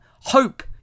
Hope